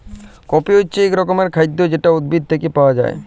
coffee হছে ইক রকমের খাইদ্য যেট উদ্ভিদ থ্যাইকে পাউয়া যায়